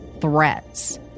threats